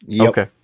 Okay